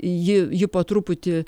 ji ji po truputį